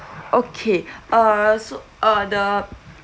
okay uh so uh the